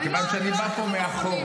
כיוון שאני בא פה מאחורה,